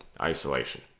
isolation